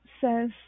says